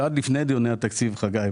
שעד לפני דיוני התקציב חגי,